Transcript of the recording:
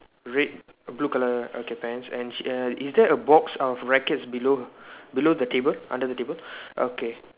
red blue color okay pants and sh~ err she is that a box of rackets below below the table under the table okay